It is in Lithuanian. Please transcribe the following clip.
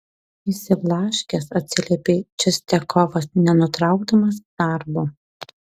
išsiblaškęs atsiliepė čistiakovas nenutraukdamas darbo